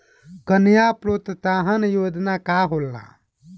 कन्या प्रोत्साहन योजना का होला?